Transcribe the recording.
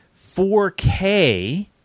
4K